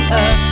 up